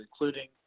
including